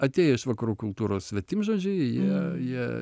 atėję iš vakarų kultūros svetimžodžiai jie jie